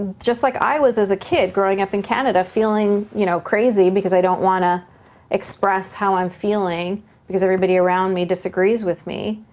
just like i was as a kid growing up in canada, feeling you know crazy because i don't wanna express how i'm feeling because everybody around me disagrees with me,